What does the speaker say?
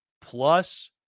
plus